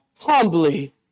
humbly